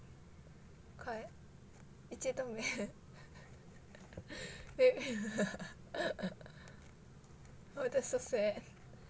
quite 一件都没有 wait oh that's so sad